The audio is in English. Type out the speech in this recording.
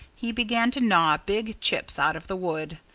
he began to gnaw big chips out of the wood.